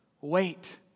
Wait